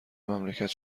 مملکت